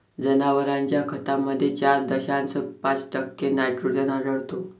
जनावरांच्या खतामध्ये चार दशांश पाच टक्के नायट्रोजन आढळतो